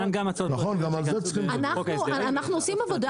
גם על זה צריכים --- אנחנו עושים עבודה